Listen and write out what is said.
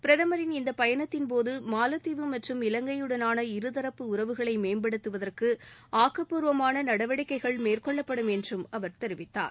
பிரதமரின் இந்தப் பயணத்தின்போது மாலத்தீவு மற்றும் இவங்கைவுடனான இருதரப்பு உறவுகளை மேம்படுத்துவதற்கு ஆக்கப்பூர்வமான நடவடிக்கைகள் மேற்கொள்ளப்படும் என்றும் அவர் தெரிவித்தார்